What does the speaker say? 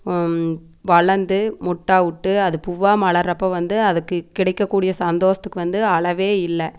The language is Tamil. வளர்ந்து மொட்டா விட்டு அது பூவாக மலருரப்ப வந்து அதுக்கு கிடைக்க கூடிய சந்தோசத்துக்கு வந்து அளவே இல்லை